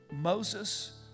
Moses